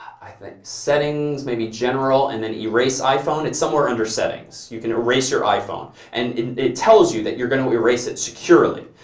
i think, settings, maybe general, and then erase iphone? it's somewhere under settings. you can erase your iphone, and it it tells you that you're going to erase it securely.